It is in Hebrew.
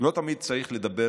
לא תמיד צריך לדבר